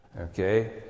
Okay